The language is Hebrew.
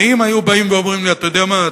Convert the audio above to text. ואם היו באים ואומרים לי: אתה יודע מה,